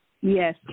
Yes